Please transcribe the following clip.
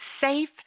safe